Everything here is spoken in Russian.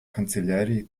канцелярии